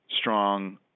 strong